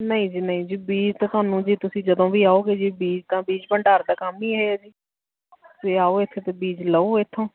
ਨਹੀਂ ਜੀ ਨਹੀਂ ਜੀ ਬੀਜ ਤਾਂ ਤੁਹਾਨੂੰ ਜੀ ਤੁਸੀਂ ਜਦੋਂ ਵੀ ਆਓਗੇ ਜੀ ਵੀਰ ਤਾਂ ਬੀਜ ਭੰਡਾਰ ਦਾ ਕੰਮ ਹੀ ਇਹ ਹੈ ਜੀ ਅਤੇ ਆਓ ਇੱਥੇ ਅਤੇ ਬੀਜ ਲਓ ਇੱਥੋਂ